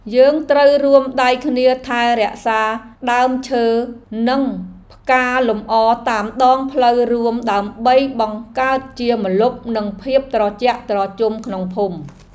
យើងត្រូវរួមដៃគ្នាថែរក្សាដើមឈើនិងផ្កាលម្អតាមដងផ្លូវរួមដើម្បីបង្កើតជាម្លប់និងភាពត្រជាក់ត្រជុំក្នុងភូមិ។